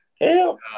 Hell